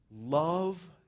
love